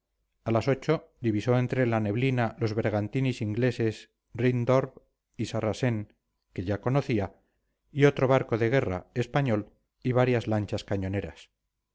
a las ocho divisó entre la neblina los bergantines ingleses ringdorve y sarracen que ya conocía otro barco de guerra español y varias lanchas cañoneras